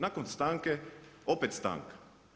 Nakon stanke, opet stanka.